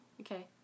Okay